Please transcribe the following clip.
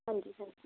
ਹਾਂਜੀ ਹਾਂਜੀ